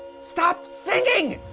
stop singing.